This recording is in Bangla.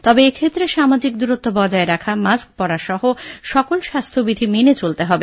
তবে এক্ষেত্রে সামাজিক দূরত্ব বজায় রাখা মাস্ক পরা সহ সকল স্বাস্থ্যবিধি মেনে চলতে হবে